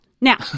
now